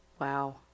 Wow